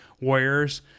Warriors